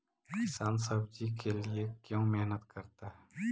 किसान सब्जी के लिए क्यों मेहनत करता है?